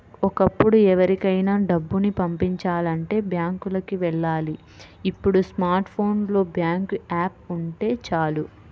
ఒకప్పుడు ఎవరికైనా డబ్బుని పంపిచాలంటే బ్యాంకులకి వెళ్ళాలి ఇప్పుడు స్మార్ట్ ఫోన్ లో బ్యాంకు యాప్ ఉంటే చాలు